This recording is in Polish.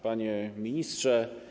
Panie Ministrze!